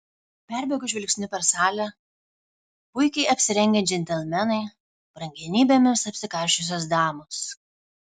perbėgo žvilgsniu per salę puikiai apsirengę džentelmenai brangenybėmis apsikarsčiusios damos